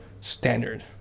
standard